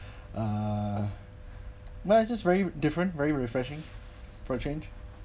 uh but it's just very different very refreshing for a change